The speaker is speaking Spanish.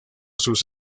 sus